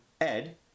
Ed